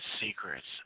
secrets